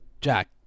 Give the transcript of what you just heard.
Jack